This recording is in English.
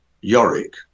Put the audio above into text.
Yorick